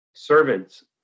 servants